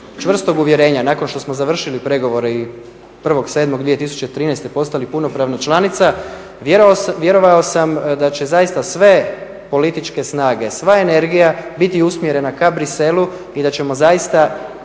čvrstog uvjerenja nakon što smo završili pregovore i 1.7.2013.postali punopravna članica vjerovao sam da će sve političke snage, sva energija biti usmjerena k Bruxellesu i da ćemo zaista